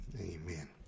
Amen